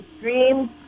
dreams